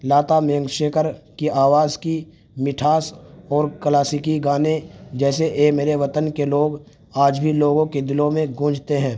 لتا منگیشکر کی آواز کی مٹھاس اور کلاسیکی گانے جیسے اے میرے وطن کے لوگ آج بھی لوگوں کے دلوں میں گونجتے ہیں